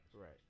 Right